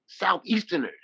southeasterners